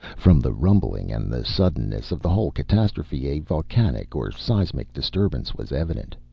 from the rumbling and the suddenness of the whole catastrophe a volcanic or seismic disturbance was evident.